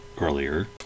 earlier